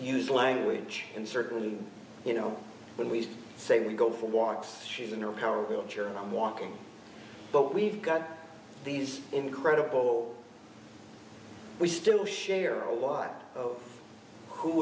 use language and certainly you know when we say we go for walks she's in her power wheelchair and i'm walking but we've got these incredible we still share a